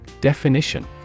Definition